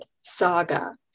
Saga